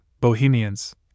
Bohemians